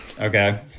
Okay